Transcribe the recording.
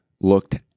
looked